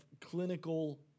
clinical